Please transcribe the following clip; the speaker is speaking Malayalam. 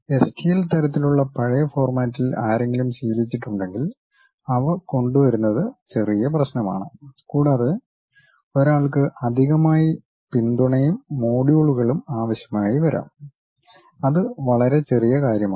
എസ്ടിഎൽ തരത്തിലുള്ള പഴയ ഫോർമാറ്റിൽ ആരെങ്കിലും ശീലിച്ചിട്ടുണ്ടെൽ അവ കൊണ്ടുവരുന്നത് ചെറിയ പ്രശ്നമാണ് കൂടാതെ ഒരാൾക്ക് അധികമായി പിന്തുണയും മൊഡ്യൂളുകളും ആവശ്യമായി വരാം അത് വളരെ ചെറിയ കാര്യമാണ്